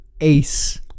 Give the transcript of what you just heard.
Ace